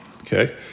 okay